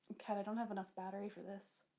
okay i don't have enough battery for this.